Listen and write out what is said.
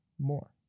more